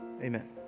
amen